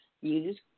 use